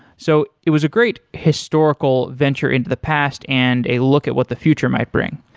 so it was a great historical venture into the past and a look at what the future might bring.